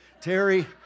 Terry